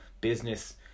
business